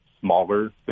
smaller